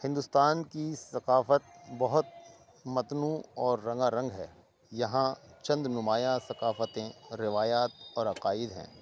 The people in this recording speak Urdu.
ہندوستان کی ثقافت بہت متنوع اور رنگا رنگ ہے یہاں چند نمایاں ثقافتیں اور روایات اور عقائد ہیں